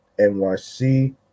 NYC